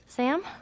Sam